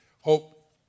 hope